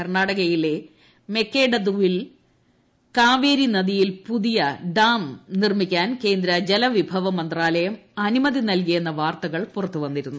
കർണ്ണാടകയിലെ മെക്കേഡതുവിൽ കാറ്റ്പ്രിന്ദിയിൽ പുതിയ ഡാം നിർമ്മിക്കാൻ കേന്ദ്ര ജലവിഭവ മ്മ്ന്താലയം അനുമതി നൽകിയെന്ന വാർത്തകൾ പുറത്തു വന്നിരുന്നു